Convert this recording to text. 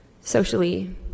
socially